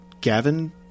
Gavin